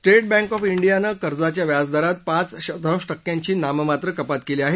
state bank of इंडियानं कर्जाच्या व्याजदरात पाच शतांश टक्याची नाममात्र कपात केली आहे